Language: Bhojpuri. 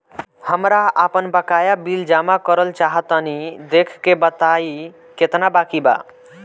हमरा आपन बाकया बिल जमा करल चाह तनि देखऽ के बा ताई केतना बाकि बा?